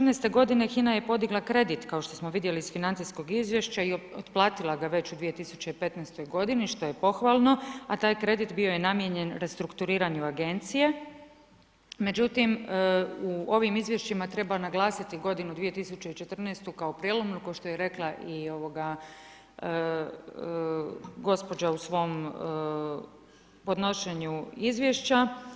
2014. godine HINA je podigla kredit kao što smo vidjeli iz financijskog izvješća i otplatila ga već u 2015. godini što je pohvalno, a taj kredit bio je namijenjen restrukturiranju agencije međutim u ovim izvješćima treba naglasiti godinu 2014. kao prijelomnu kao što je rekla i gospođa u svom podnošenju izvješća.